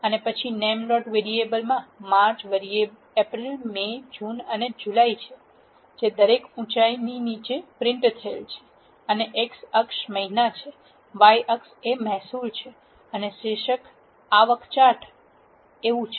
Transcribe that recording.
અને પછી name dot variable માં માર્ચ એપ્રિલ મે જૂન અને જુલાઈ છે જે દરેક ઉંચાઇ નીચે પ્રિંટ થયેલ છે અને x અક્ષ મહિના છે y અક્ષ એ મહેસૂલ છે અને શીર્ષક આવક ચાર્ટ છે